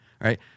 right